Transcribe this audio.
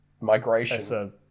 Migration